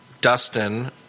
Dustin